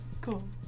cool